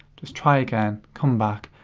just try again, come back,